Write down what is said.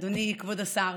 אדוני כבוד השר,